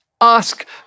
Ask